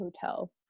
hotel